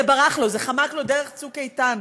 זה ברח לו, זה חמק לו דרך "צוק איתן".